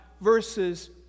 verses